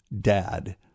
dad